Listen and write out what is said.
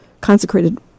consecrated